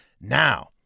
now